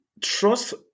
trust